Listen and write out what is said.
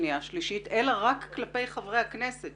שנייה ושלישית אלא רק כלפי חברי כנסת.